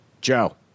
Joe